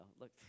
Look